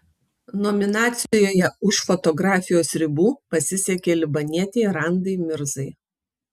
nominacijoje už fotografijos ribų pasisekė libanietei randai mirzai